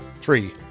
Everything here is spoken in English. three